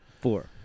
Four